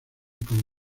con